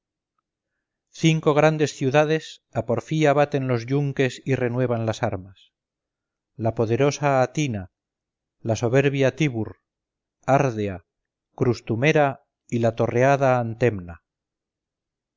cinco grandes ciudades a porfía baten los yunques y renuevan las armas la poderosa atina la soberbia tíbur árdea crustumera y la torreada antemna